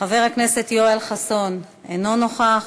חבר הכנסת יואל חסון, אינו נוכח.